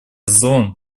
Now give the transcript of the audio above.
зон